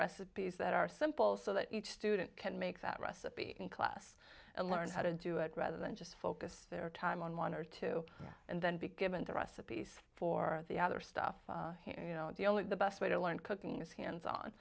recipes that are simple so that each student can make that recipe in class and learn how to do it rather than just focus their time on one or two and then be given the recipes for the other stuff you know the only the best way to learn cooking is hands on